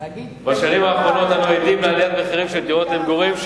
בשנים האחרונות אנו עדים לעליית מחירים של דירות למגורים,